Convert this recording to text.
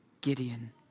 Gideon